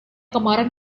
kemarin